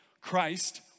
Christ